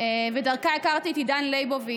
ודרכה הכרתי את עידן ליבוביץ',